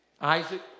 Isaac